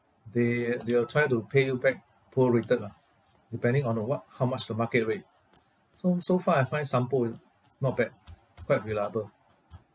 they they will try to pay you back prorated lah depending on the what how much the market rate so so far I find Sompo is not bad quite reliable